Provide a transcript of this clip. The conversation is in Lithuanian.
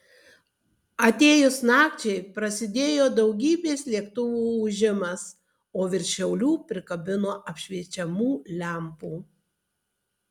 atėjus nakčiai prasidėjo daugybės lėktuvų ūžimas o virš šiaulių prikabino apšviečiamų lempų